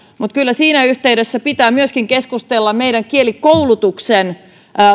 mutta kyllä siinä yhteydessä pitää myöskin keskustella meidän kielikoulutuksen